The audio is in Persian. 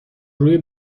روی